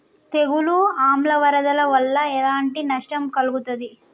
తెగులు ఆమ్ల వరదల వల్ల ఎలాంటి నష్టం కలుగుతది?